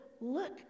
look